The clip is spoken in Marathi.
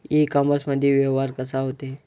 इ कामर्समंदी व्यवहार कसा होते?